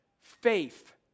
faith